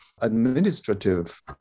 administrative